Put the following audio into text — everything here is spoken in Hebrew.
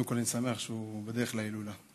קודם כול, אני שמח שהוא בדרך להילולה.